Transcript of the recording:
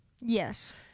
Yes